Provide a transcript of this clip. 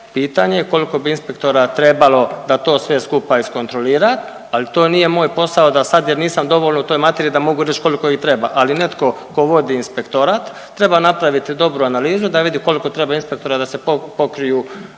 pitanje je koliko bi inspektora trebalo da to sve skupa iskontrolira, ali to nije moj posao da sad jer nisam dovoljno u toj materiji da mogu reć koliko ih treba, ali netko tko vodi inspektorat, treba napraviti dobru analizu da vidi koliko treba inspektora da se pokriju